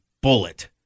bullet